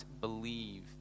believe